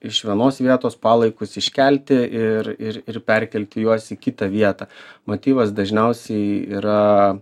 iš vienos vietos palaikus iškelti ir ir perkelti juos į kitą vietą motyvas dažniausiai yra